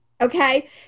Okay